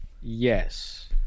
Yes